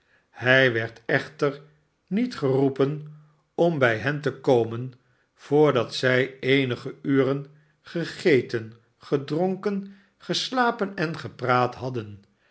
hij werd echter niet geroepen om bij hen te komen voordat zij eenige uren gegeten gedronken geslapen en gepraat hadden